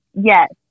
Yes